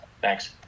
Thanks